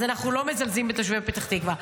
אז אנחנו לא מזלזלים בתושבי פתח תקווה.